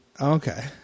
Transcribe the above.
Okay